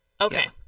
Okay